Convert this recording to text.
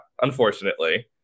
unfortunately